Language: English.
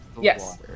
yes